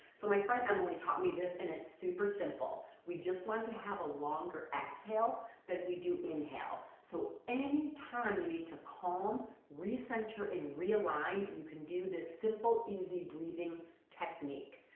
so my friend emily taught me this and it's super simple, we just want to have a longer exhale then we do inhale. so any time you need to calm, recenter and realign, you can do this simple easy breathing technique.